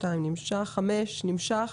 5 נמשך.